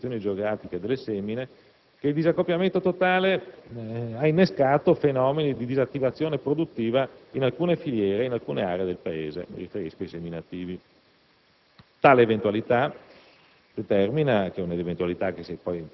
lei), che, seppure con dati altalenanti su produzioni e ripartizioni geografiche delle semine, il disaccoppiamento totale ha innescato fenomeni di disattivazione produttiva in alcune filiere ed aree del Paese. Mi riferisco ai seminativi.